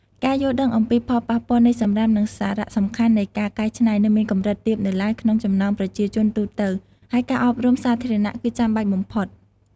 ការយល់ដឹងអំពីផលប៉ះពាល់នៃសំរាម និងសារៈសំខាន់នៃការកែច្នៃ នៅមានកម្រិតទាបនៅឡើយក្នុងចំណោមប្រជាជនទូទៅ ហើយការអប់រំសាធារណៈគឺចាំបាច់បំផុត។